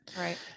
Right